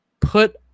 put